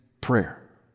prayer